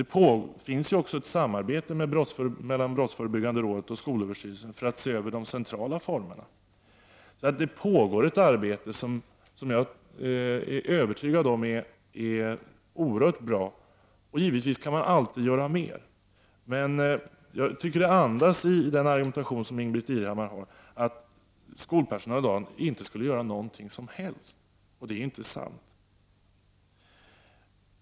Det bedrivs också ett samarbete mellan brottsförebyggande rådet och skolöverstyrelsen för att man skall se över de centrala formerna. Det pågår alltså ett arbete som jag är övertygad om är oerhört bra. Givetvis kan man alltid göra mer. Men jag tycker att Ingbritt Irhammars argumentation andas uppfattningen att skolpersonalen i dag inte skulle göra något alls, och det är inte sant.